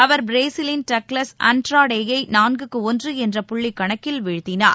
அவர் பிரேசிலின் டக்ளஸ் அன்ட்ராடேயை நான்குக்கு ஒன்று என்ற புள்ளிக் கணக்கில் வீழ்த்தினார்